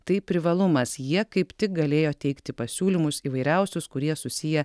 tai privalumas jie kaip tik galėjo teikti pasiūlymus įvairiausius kurie susiję